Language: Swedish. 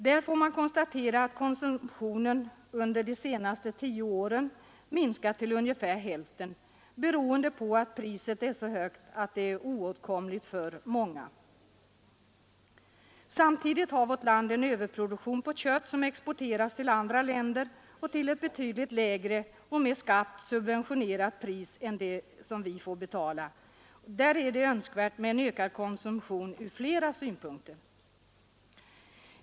Där får man konstatera att konsumtionen under de senaste tio åren minskat till ungefär hälften, beroende på att priset är så högt att kött är oåtkomligt för många. Samtidigt har vårt land en överproduktion av kött som exporteras till andra länder och till ett betydligt lägre och med skatt subventionerat pris än det som vi får betala. Där är det önskvärt med en ökad konsumtion ur flera synpunkter.